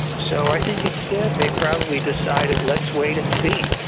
so i think instead they probably decided let's wait and see,